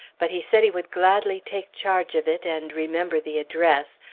but he said he would gladly take charge of it and remember the address,